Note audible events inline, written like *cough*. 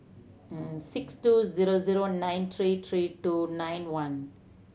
*hesitation* six two zero zero nine three three two nine one